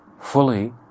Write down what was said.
fully